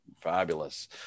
Fabulous